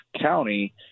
County